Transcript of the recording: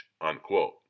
unquote